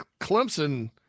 Clemson